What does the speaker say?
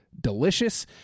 Delicious